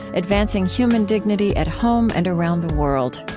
advancing human dignity at home and around the world.